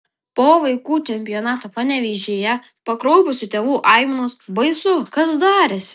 po vaikų čempionato panevėžyje pakraupusių tėvų aimanos baisu kas darėsi